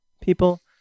people